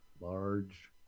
Large